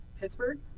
Pittsburgh